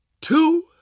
two